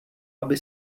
aby